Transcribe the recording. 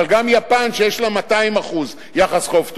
אבל גם יפן שיש לה 200% יחס חוב תוצר.